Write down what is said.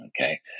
Okay